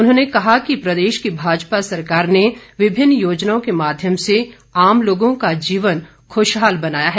उन्होंने कहा है कि प्रदेश की भाजपा सरकार ने विभिन्न योजनाओं के माध्यम से आम लोगों का जीवन खुशहाल बनाया है